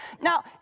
Now